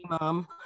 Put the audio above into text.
mom